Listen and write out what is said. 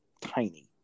tiny